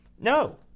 No